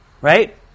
right